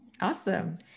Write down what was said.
Awesome